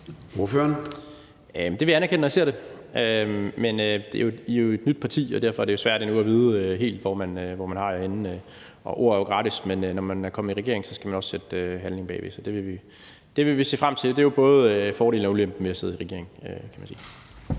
Det vil jeg anerkende, når jeg ser det. I er jo et nyt parti, og derfor er det svært endnu at vide helt, hvor man har jer henne, og ord er jo gratis, men når man er kommet i regering, skal man også sætte handling bag. Så det vil vi se frem til. Det er jo både fordelen og ulempen ved at sidde i regering, kan man sige.